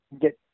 get